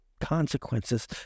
consequences